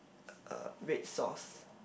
uh red sauce